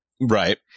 Right